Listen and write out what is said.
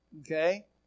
okay